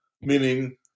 meaning